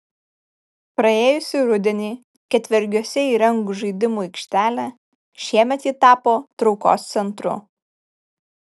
praėjusį rudenį ketvergiuose įrengus žaidimų aikštelę šiemet ji tapo traukos centru